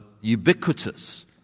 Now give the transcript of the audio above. ubiquitous